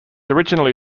originally